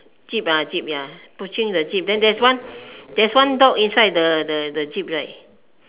jeep ah jeep ya pushing the jeep then there's one there's one dog inside the the the jeep right